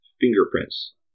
fingerprints